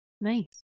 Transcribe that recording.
Nice